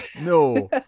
no